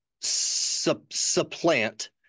supplant